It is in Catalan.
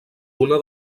una